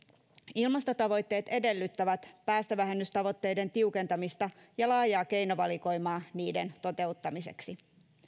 ilmastotavoitteet edellyttävät päästövähennystavoitteiden tiukentamista ja laajaa keinovalikoimaa niiden toteuttamiseksi